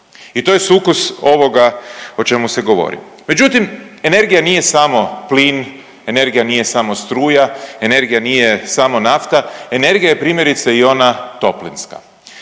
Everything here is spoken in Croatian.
I to je sukus ovoga o čemu se govori. Međutim, energija nije samo plin, energija nije samo struja, energija nije samo nafta, energija je primjerice i ona toplinska,